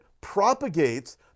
propagates